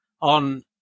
on